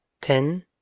Ten